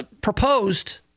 proposed